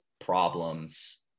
problems